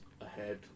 ahead